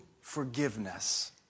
forgiveness